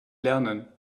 lernen